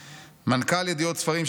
מנכ"ל ידיעות ספרים,